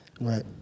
Right